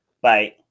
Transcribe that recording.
Bye